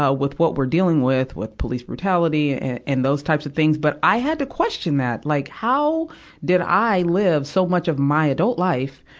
ah with what we're dealing with, with police brutality and those types of things, but i had to question that. like, how did i live so much of my adult life